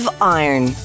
Iron